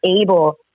able